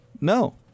No